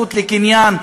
הזכות לקניין,